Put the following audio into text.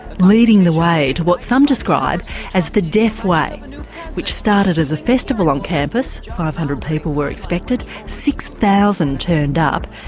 leading the way to what some describe as the deaf way which started as a festival on campus five hundred people were expected, six thousand turned up,